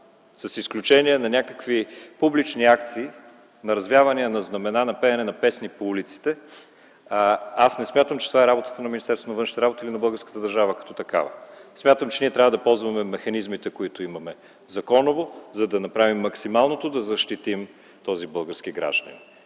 с изключение на някакви публични акции – на развявания на знамена, на пеене на песни по улиците, не смятам, че това е работата на Министерството на външните работи или на българската държава като такава. Смятам, че ние трябва да ползваме механизмите, които имаме, законово, за да направим максималното да защитим този български гражданин.